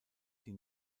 die